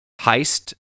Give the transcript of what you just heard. heist